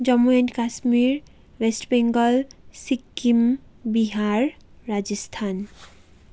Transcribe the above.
Jammu and Kashmir West Bengal Sikkim Bihar Rajasthan